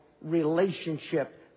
relationship